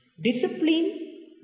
discipline